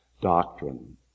doctrine